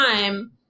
time